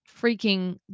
freaking